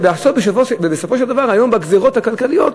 בסופו של דבר, היום הגזירות הכלכליות,